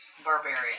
barbarian